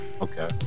Okay